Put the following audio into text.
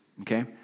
Okay